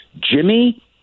Jimmy